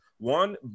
One